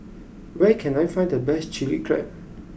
where can I find the best Chilli Crab